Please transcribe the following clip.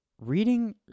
reading